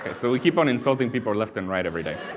and so we keep on insulting people left and right every day.